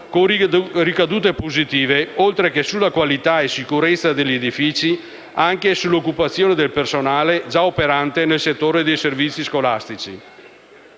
con ricadute positive, oltre che sulla qualità e sicurezza degli edifici, anche sull'occupazione del personale già operante nel settore dei servizi scolastici.